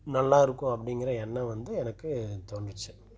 நல்லா இருக்கும் அப்படிங்கிற எண்ணம் வந்து எனக்கு தோன்றிடுச்சு